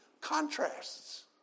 contrasts